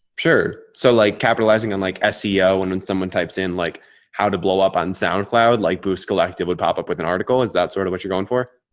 sure. so like capitalizing on like ah seo and when someone types in like how to blow up on soundcloud, like boost collective would pop up with an article is that sort of what you're going for.